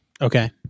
okay